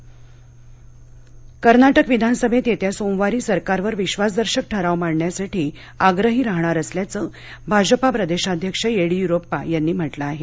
कर्नाटक कर्नाटक विधानसभेत येत्या सोमवारी सरकारवर विश्वासदर्शक ठराव मांडण्यासाठी आग्रही राहणार असल्याचं भाजपा प्रदेशाध्यक्ष येडीयुरप्पा यांनी म्हटलं आहे